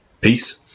Peace